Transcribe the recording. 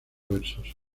versos